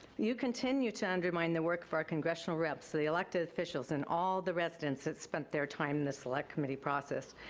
you continue to undermine the work for our congressional reps, the the elected officials, and all the residents that spent their time in the select committee process.